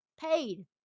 Paid